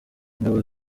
ingabo